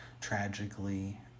tragically